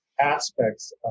aspects